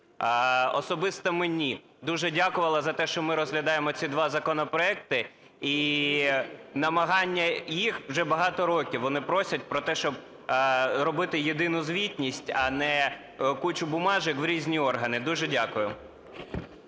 особисто мені дуже дякувала за те, що ми розглядаємо ці два законопроекти. І намагання їх вже багато років, вони просять про те, щоб робити єдину звітність, а не кучу бумажек в різні органи. Дуже дякую.